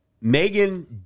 Megan